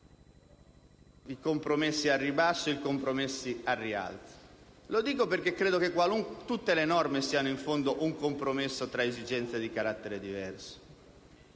compromessi al ribasso e compromessi al rialzo. Lo dico perché credo che tutte le norme siano in fondo un compromesso tra esigenze di carattere diverso: